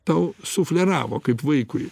tau sufleravo kaip vaikui